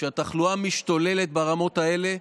כשהתחלואה משתוללת ברמות האלה,